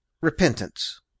Repentance